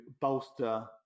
bolster